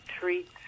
treat